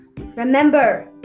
remember